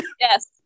Yes